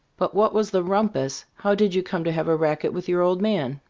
but what was the rumpus? how did you come to have a racket with your old man?